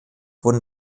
wurde